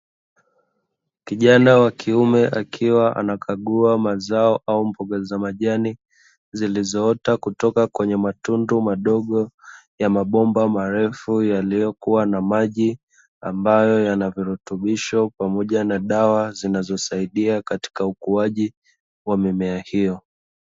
Kijana wa kiume akiwa anakagua mazao au mboga za majani zilizoota kutoka kwenye matundu madogo ya mabomba marefu yaliyokuwa na maji, ambayo yana virutubisho pamoja na dawa zinazosaidia katika ukuaji wa mimea hiyo.